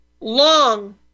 long